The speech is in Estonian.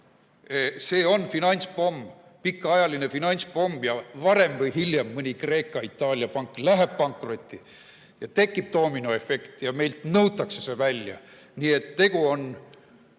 See on finantspomm, pikaajaline finantspomm. Varem või hiljem mõni Kreeka või Itaalia pank läheb pankrotti ja tekib doominoefekt – ja meilt nõutakse see välja. Nii et tegu on